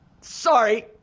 Sorry